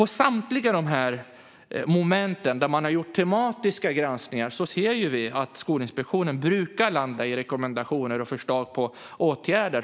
På samtliga moment där Skolinspektionen har gjort tematiska granskningar ser vi att man brukar landa i rekommendationer och förslag på åtgärder.